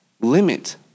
limit